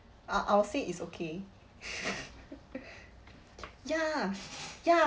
I I'll say it's okay ya ya